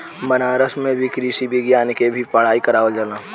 बनारस में भी कृषि विज्ञान के भी पढ़ाई करावल जाला